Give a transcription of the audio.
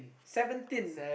seventeen